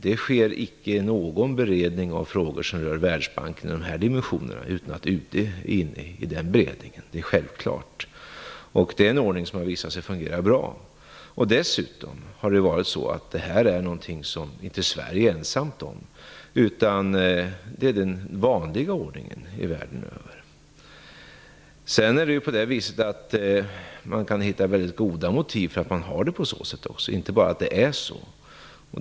Det sker icke någon beredning av frågor som rör Världsbanken i de här dimensionerna utan att UD är med. Det är självklart. Det är en ordning som har visat sig fungera bra. Dessutom är Sverige inte ensamt om den. Det är den vanliga ordningen i världen. Man kan också hitta mycket goda motiv för att man har det på det sättet, inte bara att det är så.